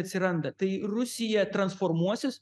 atsiranda tai rusija transformuosis